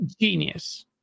genius